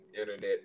internet